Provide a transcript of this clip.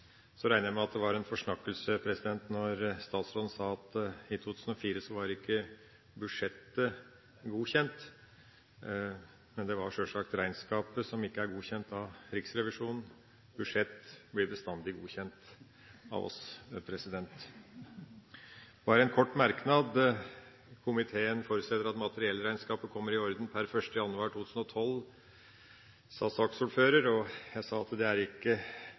Så regner jeg med at det var en forsnakkelse da statsråden sa at i 2004 var ikke budsjettet godkjent. Det var sjølsagt regnskapet som ikke var godkjent av Riksrevisjonen. Budsjett blir bestandig godkjent – av oss. Bare en kort merknad: Komiteen forutsetter at materiellregnskapet kommer i orden per 1. januar 2012, sa saksordføreren, og jeg sa at det er ikke